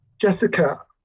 Jessica